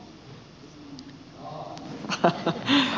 arvoisa puhemies